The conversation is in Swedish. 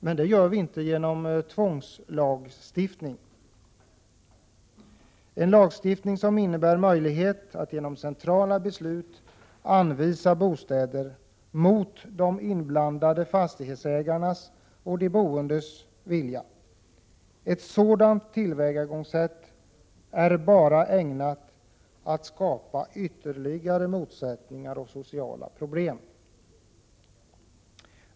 Men det gör man inte genom tvångslagstiftning, som ger möjligheter att genom centrala beslut anvisa bostäder mot de inblandade fastighetsägarnas och boendes vilja. Ett sådant tillvägagångssätt är bara ägnat att skapa ytterligare motsättningar och sociala problem.